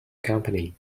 company